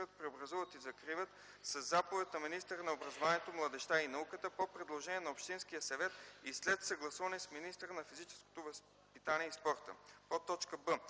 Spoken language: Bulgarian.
преобразуват и закриват със заповед на министъра на образованието, младежта и науката по предложение на общинския съвет и след съгласуване с министъра на физическото възпитание и спорта.”